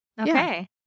Okay